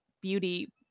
beauty